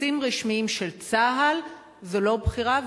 וטקסים רשמיים של צה"ל זו לא בחירה,